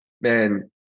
man